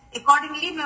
Accordingly